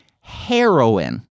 heroin